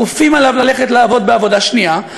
כופים עליו ללכת לעבוד בעבודה שנייה,